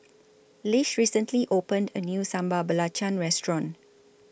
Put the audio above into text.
Lish recently opened A New Sambal Belacan Restaurant